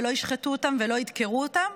ולא ישחטו אותם ולא ידקרו אותם,